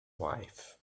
wife